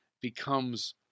becomes